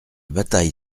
bataille